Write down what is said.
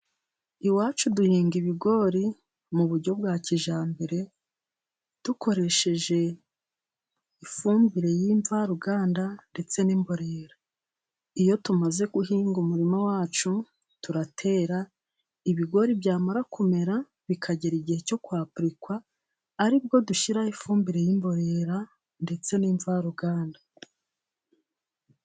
Iwacu duhinga ibigori, mu buryo bwa kijyambere dukoresheje ifumbire y'imvaruganda ndetse n'imborera, iyo tumaze guhinga umurima wacu turatera ibigori byamara kumera bikagera igihe cyo kwapurikwa, ari bwo dushyiraho ifumbire y'imborera ndetse n'imvaruganda.